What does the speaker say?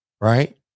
right